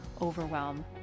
overwhelm